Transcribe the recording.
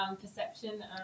perception